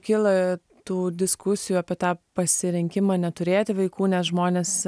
kyla tų diskusijų apie tą pasirinkimą neturėti vaikų nes žmonės